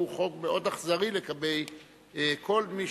הוא חוק מאוד אכזרי לגבי כל מי